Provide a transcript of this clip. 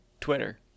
Twitter